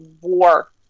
war